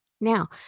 Now